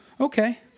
Okay